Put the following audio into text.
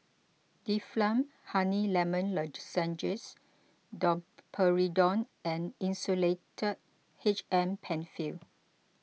Difflam Honey Lemon Lozenges Domperidone and Insulatard H M Penfill